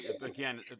again